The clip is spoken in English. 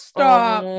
Stop